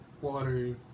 water